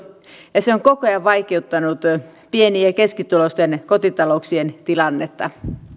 ja se on koko ajan vaikeuttanut pieni ja ja keskituloisten kotitalouksien tilannetta